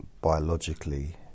biologically